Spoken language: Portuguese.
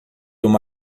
uma